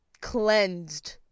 cleansed